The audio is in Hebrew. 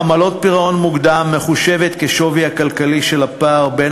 עמלת פירעון מוקדם מחושבת כשווי הכלכלי של הפער בין